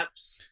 apps